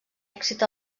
èxit